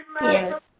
Yes